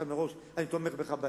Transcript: ואמרתי לך מראש שאני תומך בך.